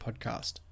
podcast